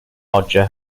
roger